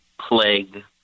plague